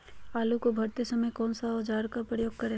आलू को भरते समय कौन सा औजार का प्रयोग करें?